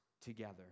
together